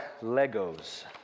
Legos